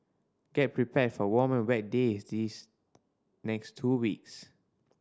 get prepared for warm and wet days these next two weeks